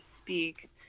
speak